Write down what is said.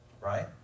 Right